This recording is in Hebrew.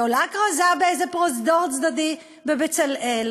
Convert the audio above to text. תולה כרזה באיזה פרוזדור צדדי ב"בצלאל",